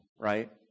right